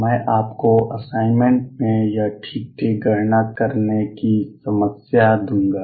मैं आपको असाइनमेंट में यह ठीक ठीक गणना करने की समस्या दूंगा